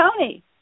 Tony